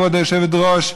כבוד היושבת-ראש,